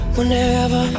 Whenever